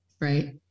right